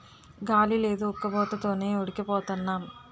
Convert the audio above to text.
గాలి లేదు ఉక్కబోత తోనే ఉడికి పోతన్నాం